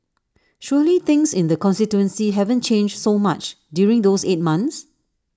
surely things in the constituency haven't changed so much during those eight months